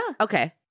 okay